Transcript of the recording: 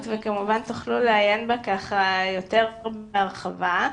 וכמובן תוכלו לעיין בה יותר בהרחבה.